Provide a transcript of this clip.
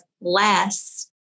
less